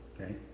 Okay